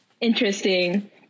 interesting